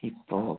ഇപ്പോൾ